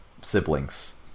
siblings